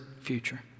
future